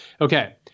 Okay